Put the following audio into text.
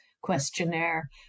questionnaire